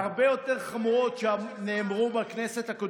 אני רוצה להפנות אותך להתבטאויות הרבה יותר חמורות שנאמרו בכנסת הקודמת.